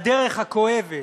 בדרך הכואבת,